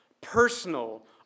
personal